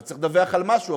צריך לדווח על משהו,